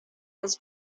was